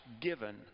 given